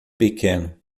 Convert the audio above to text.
pequeno